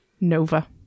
Nova